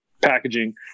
packaging